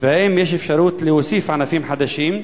האם יש אפשרות להוסיף ענפים חדשים?